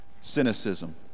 Cynicism